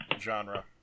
genre